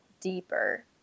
deeper